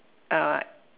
uh